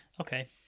Okay